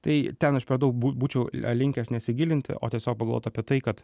tai ten aš per daug būčiau linkęs nesigilinti o tiesiog pagalvot apie tai kad